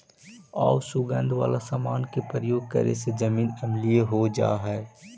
आउ सुगंध वाला समान के प्रयोग करे से जमीन अम्लीय हो जा हई